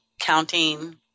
counting